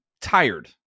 tired